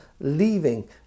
leaving